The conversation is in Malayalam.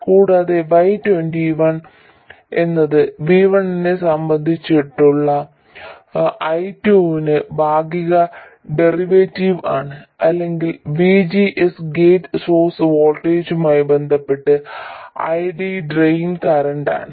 കൂടാതെ Y21 എന്നത് V1 നെ സംബന്ധിച്ചുള്ള I2 ന്റെ ഭാഗിക ഡെറിവേറ്റീവ് ആണ് അല്ലെങ്കിൽ VGS ഗേറ്റ് സോഴ്സ് വോൾട്ടേജുമായി ബന്ധപ്പെട്ട് ID ഡ്രെയിൻ കറന്റ് ആണ്